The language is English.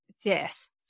Yes